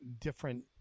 different